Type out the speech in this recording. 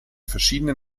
verschiedenen